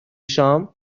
شام